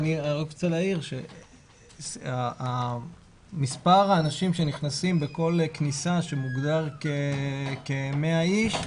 אני רק רוצה להעיר שמספר האנשים שנכנסים בכל כניסה שמוגדר כ-100 איש,